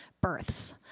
births